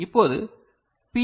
இப்போது பி